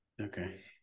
okay